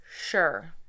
sure